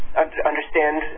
understand